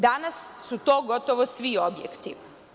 Danas su to gotovo svi objekti.